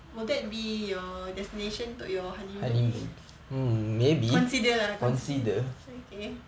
will that be your destination to your honeymoon consider lah okay